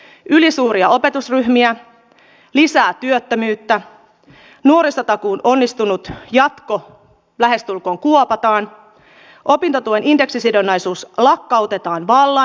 tulee ylisuuria opetusryhmiä lisää työttömyyttä nuorisotakuun onnistunut jatko lähestulkoon kuopataan opintotuen indeksisidonnaisuus lakkautetaan vallan huom